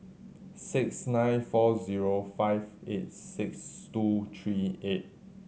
six nine four zero five eight six two three eight